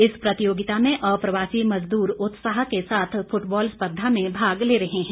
इस प्रतियोगिता में अप्रवासी मज़दूर उत्साह के साथ फुटबॉल स्पर्धा में भाग ले रहे हैं